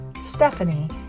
Stephanie